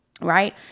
right